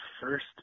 first